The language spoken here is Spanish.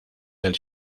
del